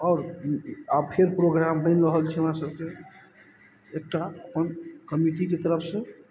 आओर आब फेर प्रोग्राम बनि रहल छै हमरा सबके एकटा अपन कमिटीके तरफसँ